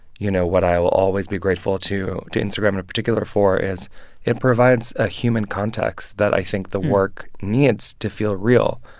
you know, what i will always be grateful to to instagram in particular for is it provides a human context that i think the work needs to feel real.